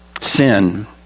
Sin